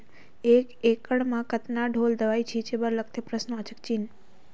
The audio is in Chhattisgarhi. एक एकड़ म कतका ढोल दवई छीचे बर लगथे?